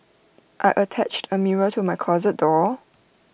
I attached A mirror to my closet door